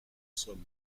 somme